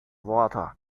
water